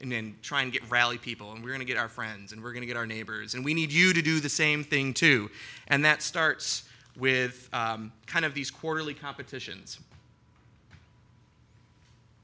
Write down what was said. in trying to rally people and we're going to get our friends and we're going to get our neighbors and we need you to do the same thing too and that starts with kind of these quarterly competitions